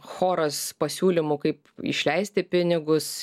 choras pasiūlymų kaip išleisti pinigus